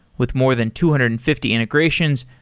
with more than two hundred and fifty integrations,